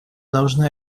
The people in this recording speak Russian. должны